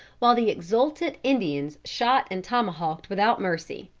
while the exultant indians shot and tomahawked without mercy.